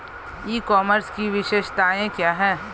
ई commerce की विशेषताएं क्या हैं?